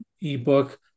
ebook